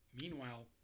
Meanwhile